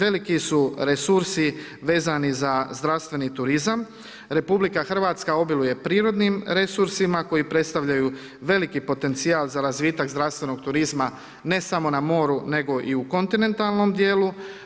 Veliki su resursi vezani za zdravstveni turizam, RH obiluje prirodnim resursima, koji predstavljaju veliki potencijal za razvitak zdravstvenog turizma, ne samo na moru, nego i u kontinentalnom dijelu.